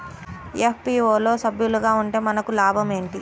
FPO లో సభ్యులుగా ఉంటే మనకు లాభం ఏమిటి?